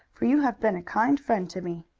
for you have been a kind friend to me.